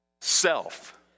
Self